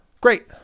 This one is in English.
Great